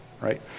right